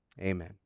Amen